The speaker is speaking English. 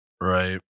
Right